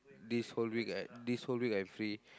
this whole week I this whole week I free